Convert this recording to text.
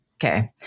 Okay